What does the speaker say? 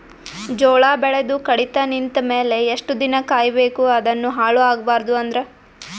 ಜೋಳ ಬೆಳೆದು ಕಡಿತ ನಿಂತ ಮೇಲೆ ಎಷ್ಟು ದಿನ ಕಾಯಿ ಬೇಕು ಅದನ್ನು ಹಾಳು ಆಗಬಾರದು ಅಂದ್ರ?